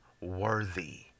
worthy